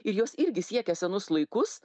ir jos irgi siekia senus laikus